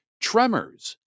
tremors